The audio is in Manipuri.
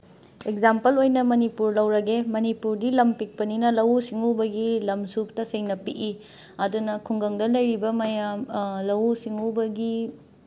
ꯑꯦꯛꯖꯥꯝꯄꯜ ꯑꯣꯏꯅ ꯃꯅꯤꯄꯨꯔ ꯂꯧꯔꯒꯦ ꯃꯅꯤꯄꯨꯔꯗꯤ ꯂꯝ ꯄꯤꯛꯄꯅꯤꯅ ꯂꯧꯎ ꯁꯤꯡꯎꯕꯒꯤ ꯂꯝꯁꯨ ꯇꯁꯦꯡꯅ ꯄꯤꯛꯏ ꯑꯗꯨꯅ ꯈꯨꯡꯒꯪꯗ ꯂꯩꯔꯤꯕ ꯃꯌꯥꯝ ꯂꯧꯎ ꯁꯤꯡꯎꯕꯒꯤ